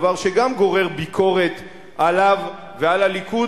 דבר שגם גורר ביקורת עליו ועל הליכוד,